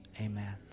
amen